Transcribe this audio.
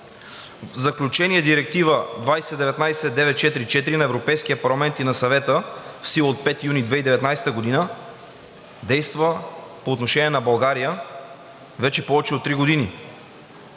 В заключение, Директива 2019/944 на Европейския парламент и на Съвета в сила от 5 юни 2019 г. действа по отношение на България вече повече от три години,